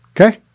Okay